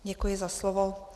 Děkuji za slovo.